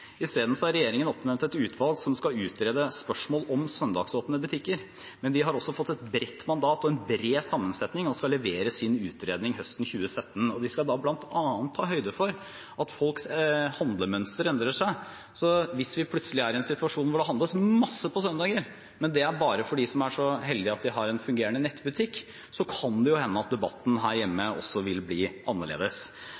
har regjeringen oppnevnt et utvalg som skal utrede spørsmål om søndagsåpne butikker. Utvalget har også fått et bredt mandat og en bred sammensetning og skal levere sin utredning høsten 2017. Det skal bl.a. ta høyde for at folks handlemønster endrer seg. Hvis vi plutselig er i en situasjon hvor det handles masse på søndager, men bare av dem som er så heldige at de har en fungerende nettbutikk, kan det hende at debatten her hjemme